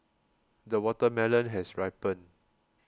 the watermelon has ripened